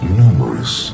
numerous